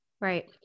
Right